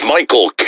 Michael